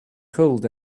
cold